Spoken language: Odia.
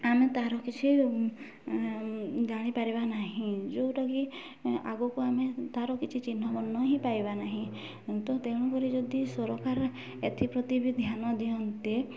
ଆମେ ତାହାର କିଛି ଜାଣିପାରିବା ନାହିଁ ଯେଉଁଟାକି ଆଗକୁ ଆମେ ତାହାର କିଛି ଚିହ୍ନବର୍ଣ୍ଣ ହିଁ ପାଇବା ନାହିଁ ତେଣୁକରି ଯଦି ସରକାର ଏଥିପ୍ରତି ବି ଧ୍ୟାନ ଦିଅନ୍ତେ